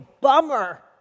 bummer